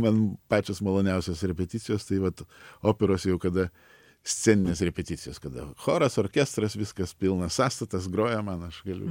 man pačios maloniausios repeticijos tai vat operos jau kada sceninės repeticijos kada choras orkestras viskas pilnas sąstatas groja man aš galiu